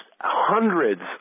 hundreds